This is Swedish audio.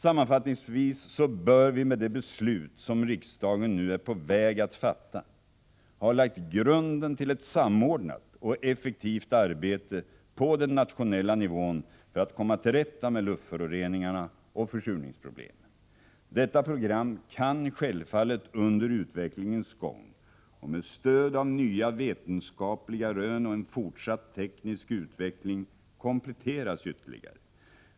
Sammanfattningsvis bör vi med det beslut som riksdagen nu är på väg att fatta ha lagt grunden till ett samordnat och effektivt arbete på den nationella nivån för att komma till rätta med luftföroreningarna och försurningsproblemen. Detta program kan självfallet under utvecklingens gång och med stöd av nya vetenskapliga rön och en fortsatt teknisk utveckling kompletteras ytterligare.